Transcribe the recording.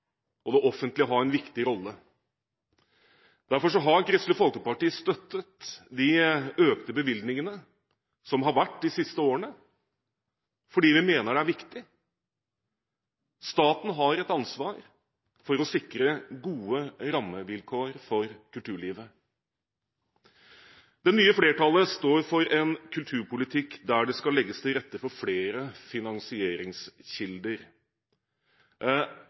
til. Det offentlige har en viktig rolle. Derfor har Kristelig Folkeparti støttet de økte bevilgningene de siste årene. Vi mener det er viktig. Staten har et ansvar for å sikre gode rammevilkår for kulturlivet. Det nye flertallet står for en kulturpolitikk der det skal legges til rette for flere finansieringskilder.